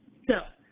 so,